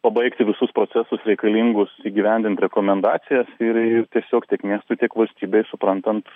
pabaigti visus procesus reikalingus įgyvendint rekomendacijas ir ir tiesiog tiek miestui tiek valstybei suprantant